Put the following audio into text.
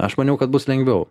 aš maniau kad bus lengviau